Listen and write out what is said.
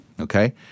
Okay